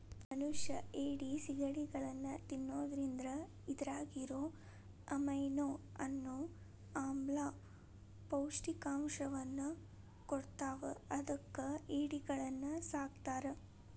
ಮನಷ್ಯಾ ಏಡಿ, ಸಿಗಡಿಗಳನ್ನ ತಿನ್ನೋದ್ರಿಂದ ಇದ್ರಾಗಿರೋ ಅಮೈನೋ ಅನ್ನೋ ಆಮ್ಲ ಪೌಷ್ಟಿಕಾಂಶವನ್ನ ಕೊಡ್ತಾವ ಅದಕ್ಕ ಏಡಿಗಳನ್ನ ಸಾಕ್ತಾರ